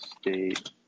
State